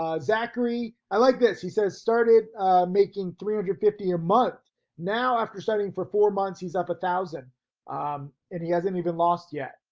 ah zachery. i like this, he says started making three hundred and fifty a month now after studying for four months he's up a thousand um and he hasn't even lost yet.